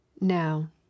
Now